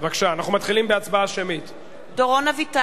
(קוראת בשמות חברי הכנסת) דורון אביטל,